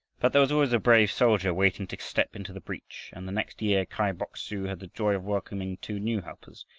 but there was always a brave soldier waiting to step into the breach, and the next year kai bok-su had the joy of welcoming two new helpers,